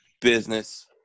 business